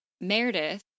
Meredith